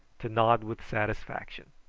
to nod with satisfaction.